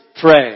pray